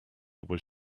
was